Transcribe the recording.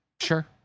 Sure